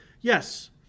yes